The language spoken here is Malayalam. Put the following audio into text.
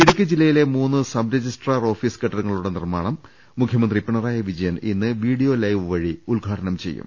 ഇടുക്കി ജില്ലയിലെ മൂന്ന് സബ് രജിസ്ട്രാർ ഓഫീസ് കെട്ടിടങ്ങ ളുടെ നിർമ്മാണം മുഖ്യമന്ത്രി പിണറായി വിജയൻ ഇന്ന് വീഡിയോ ലൈവ് വഴി ഉദ്ഘാടനം ചെയ്യും